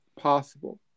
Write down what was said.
possible